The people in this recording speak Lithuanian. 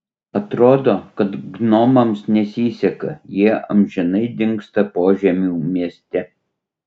atrodo kad gnomams nesiseka jie amžinai dingsta požemių mieste